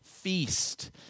feast